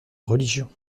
religion